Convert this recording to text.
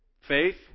faith